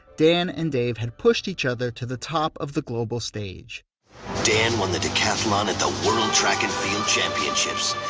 dan and dave had pushed each other to the top of the global stage dan won the decathlon at the world track and field championships.